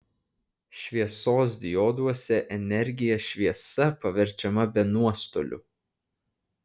šviesos dioduose energija šviesa paverčiama be nuostolių